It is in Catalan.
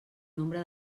nombre